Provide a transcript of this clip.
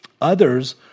Others